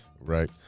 right